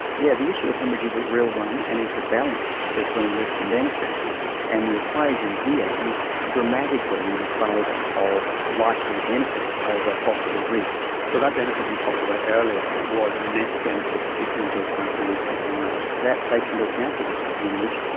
yeah the issue of haemorrhage is a real one and it's a balance between risk and benefit and the equation here is dramatically in favour of likely benefit over ah possible risk. so that benefit you talked about earlier was a net benefit taking into account the risk of haemorrhage? that takes into account the risk of and haemorrhage,